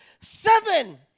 seven